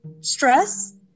stress